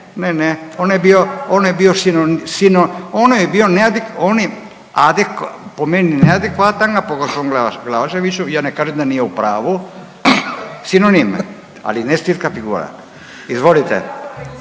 ne, ne, ono je bio sino, sino, ono je bio neadekva, oni ade, po meni neadekvatan, a po gospodinu Glavaševiću, ja ne kažem da nije u pravu, sinonim, ali ne stilska figura. Izvolite.